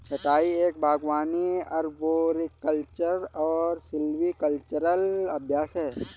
छंटाई एक बागवानी अरबोरिकल्चरल और सिल्वीकल्चरल अभ्यास है